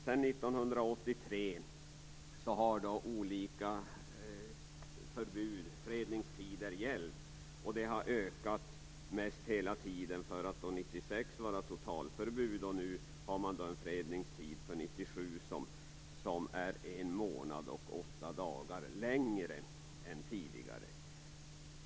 Sedan 1983 har olika förbud, fredningstider, gällt. Och det har ökat mest hela tiden. År 1996 var det totalförbud. Nu har man en fredningstid för 1997 som är en månad och åtta dagar längre än tidigare.